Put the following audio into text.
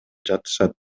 жатышат